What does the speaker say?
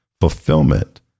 fulfillment